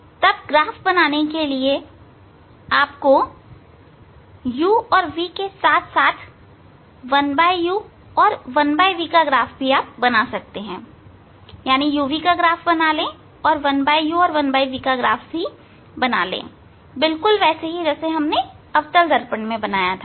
तब ग्राफ बनाने के लिए आप u और v ग्राफ साथ ही साथ 1u और 1v ग्राफ बना सकते हैं बिलकुल वैसा ही जैसा हमने अवतल दर्पण में बनाया था